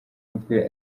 mutwe